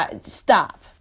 Stop